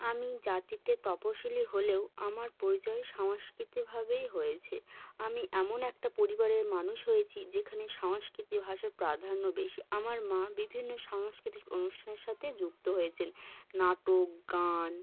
আমি জাতিতে তপশিলি হলেও আমার পরিচয় সাংস্কৃতিকভাবেই হয়েছে আমি এমন একটা পরিবারে মানুষ হয়েছি যেখানে সাংস্কৃতিক ভাষার প্রাধান্য বেশি আমার মা বিভিন্ন সাংস্কৃতিক অনুষ্ঠানের সাথে যুক্ত হয়েছেন নাটক গান